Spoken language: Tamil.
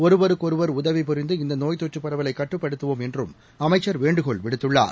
ஒருவருக்கொருவா் உதவி புரிந்து இந்தநோய் தொற்றுபரவலைகட்டுப்படுத்துவோம் என்றும் அமைச்சள் வேண்டுகோள் விடுத்துள்ளார்